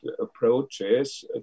approaches